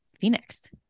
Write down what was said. phoenix